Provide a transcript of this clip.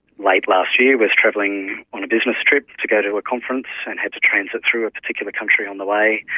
late last year was travelling on a business trip to go to a conference and had to transit through a particular country on the way,